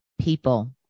people